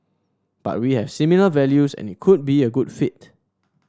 but we have similar values and it could be a good fit